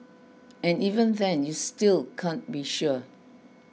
and even then you still can't be sure